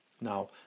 Now